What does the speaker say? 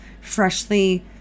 freshly